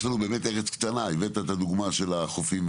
יש לנו ארץ קטנה; הבאת את הדוגמה של החופים,